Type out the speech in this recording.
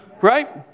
right